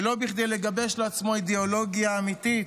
ולא כדי לגבש לעצמו אידיאולוגיה אמיתית.